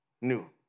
new